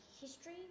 history